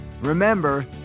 Remember